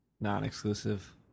non-exclusive